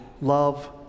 love